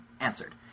answered